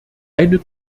eine